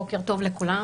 בוקר טוב לכולם.